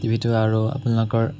টিভিটো আৰু আপোনালোকৰ